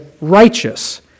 righteous